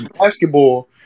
basketball